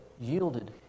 yielded